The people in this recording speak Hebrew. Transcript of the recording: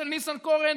ושל ניסנקורן,